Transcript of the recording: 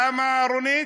כמה, רונית?